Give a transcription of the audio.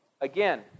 again